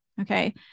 Okay